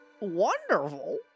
wonderful